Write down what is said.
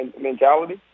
mentality